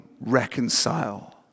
reconcile